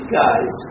guys